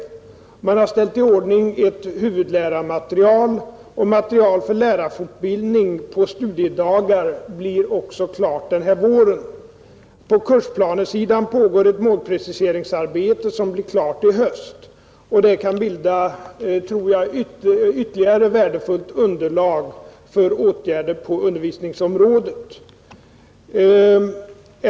Man har ställt i ordning ett huvudlärarmaterial, och material för lärarfortbildning på studiedagar blir också klart den här våren, På kursplanesidan pågår ett målpreciseringsarbete som blir klart i höst, och jag tror att det kan bilda ytterligare värdefullt underlag för åtgärder på undervisningsområdet.